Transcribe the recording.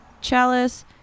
Chalice